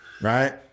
Right